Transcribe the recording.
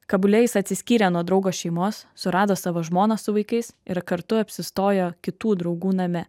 kabule jis atsiskyrė nuo draugo šeimos surado savo žmoną su vaikais ir kartu apsistojo kitų draugų name